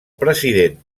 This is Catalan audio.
president